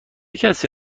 کسی